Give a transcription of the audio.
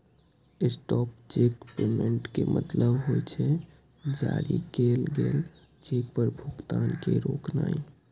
stop cheque payment के मतलब होइ छै, जारी कैल गेल चेक पर भुगतान के रोकनाय